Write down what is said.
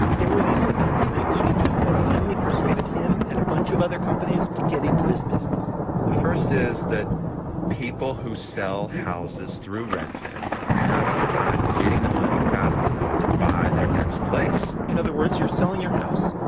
there were these three big changes that finally persuaded him and a bunch of other companies to get into this business the first is that people who sell houses through redfin are having a time getting the money fast enough to buy their next place in other words, you're selling your house.